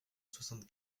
soixante